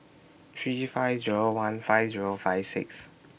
three five Zero one five Zero five six